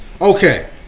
Okay